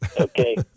Okay